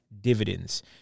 dividends